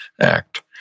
act